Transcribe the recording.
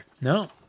No